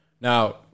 Now